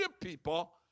people